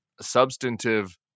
substantive